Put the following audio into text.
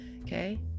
Okay